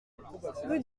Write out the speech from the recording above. rue